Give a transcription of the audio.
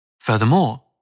Furthermore